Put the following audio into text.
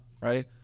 right